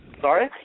Sorry